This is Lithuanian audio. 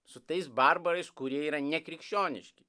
su tais barbarais kurie yra nekrikščioniški